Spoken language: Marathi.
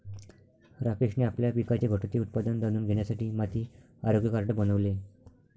राकेशने आपल्या पिकाचे घटते उत्पादन जाणून घेण्यासाठी माती आरोग्य कार्ड बनवले